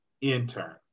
intern